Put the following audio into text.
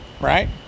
right